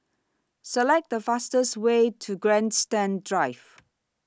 Select The fastest Way to Grandstand Drive